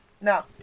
no